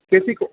किसी को